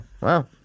Wow